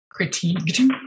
critiqued